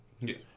yes